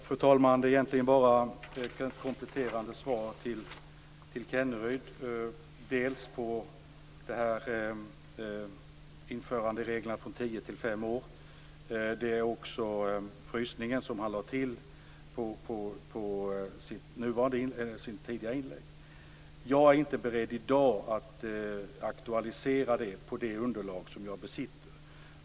Fru talman! Det är egentligen ett kompletterande svar till Kenneryd. Det gäller dels ändring av införandereglerna från tio till fem år, dels frågan om frysning som lades till i det sista inlägget. Jag är i dag inte beredd att aktualisera denna sak på det underlag som jag nu besitter.